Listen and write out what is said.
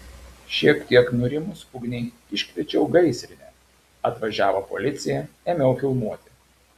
šiek tiek nurimus ugniai iškviečiau gaisrinę atvažiavo policija ėmiau filmuoti